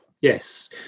yes